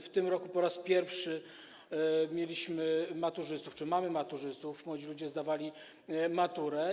W tym roku po raz pierwszy mieliśmy maturzystów, czy mamy maturzystów, młodzi ludzie zdawali maturę.